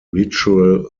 ritual